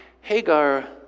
Hagar